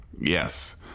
Yes